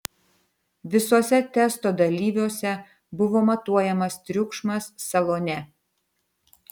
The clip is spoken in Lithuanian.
visuose testo dalyviuose buvo matuojamas triukšmas salone